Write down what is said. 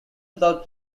without